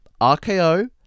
RKO